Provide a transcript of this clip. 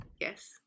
yes